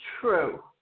true